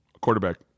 Quarterback